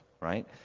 right